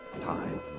time